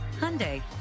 Hyundai